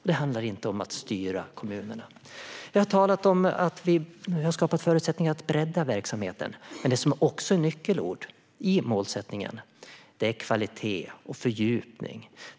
Det handlar inte om att styra kommunerna. Vi har talat om att vi har skapat förutsättningar för att bredda verksamheten, men det som också är nyckelord i målsättningen är kvalitet och fördjupning.